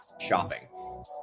shopping